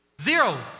zero